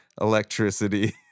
electricity